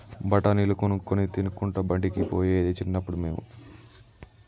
బఠాణీలు కొనుక్కొని తినుకుంటా బడికి పోయేది చిన్నప్పుడు మేము